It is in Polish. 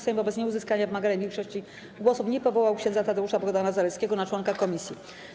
Sejm wobec nieuzyskania wymaganej większości głosów nie powołał ks. Tadeusza Bohdana Zaleskiego na członka komisji.